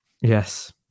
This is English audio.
Yes